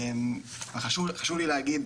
חשוב לי להגיד,